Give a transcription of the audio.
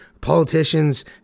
politicians